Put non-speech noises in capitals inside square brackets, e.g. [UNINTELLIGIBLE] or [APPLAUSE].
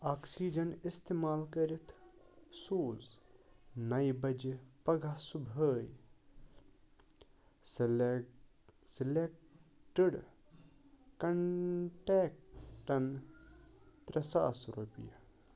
oxygen اِستعمال کٔرِتھ سوٗز نَیہِ بَجہِ پگاہ صُبحٲے [UNINTELLIGIBLE] سِلٮ۪کٹٕڈ کنٛٹٮ۪کٹَن ترٛےٚ ساس رۄپیہِ